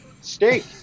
steak